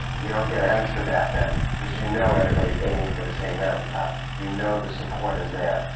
you don't get angst about them, because you know everybody's aiming for the same mountaintop. you know the support is there.